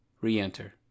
re-enter